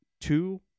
two